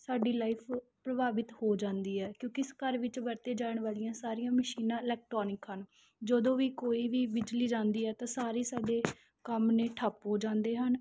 ਸਾਡੀ ਲਾਇਫ਼ ਪ੍ਰਭਾਵਿਤ ਹੋ ਜਾਂਦੀ ਹੈ ਕਿਉਂਕਿ ਸ ਘਰ ਵਿੱਚ ਵਰਤੀਆਂ ਜਾਣ ਵਾਲੀਆਂ ਸਾਰੀਆਂ ਮਸ਼ੀਨਾਂ ਇਲੈਕਟ੍ਰਾਨਿਕ ਹਨ ਜਦੋਂ ਵੀ ਕੋਈ ਵੀ ਬਿਜਲੀ ਜਾਂਦੀ ਹੈ ਤਾਂ ਸਾਰੇ ਸਾਡੇ ਕੰਮ ਨੇ ਠੱਪ ਹੋ ਜਾਂਦੇ ਹਨ